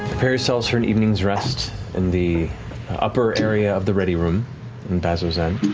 prepare yourselves for an evening's rest in the upper area of the ready room in bazzoxan.